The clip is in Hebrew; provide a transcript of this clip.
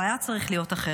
הוא היה צריך להיות אחר.